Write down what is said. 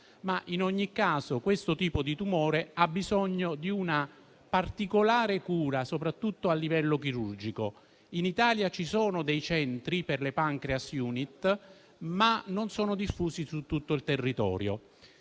In ogni caso, questo tipo di tumore ha bisogno di una particolare cura, soprattutto a livello chirurgico. In Italia ci sono centri per le Pancreas Unit, ma non sono diffusi su tutto il territorio.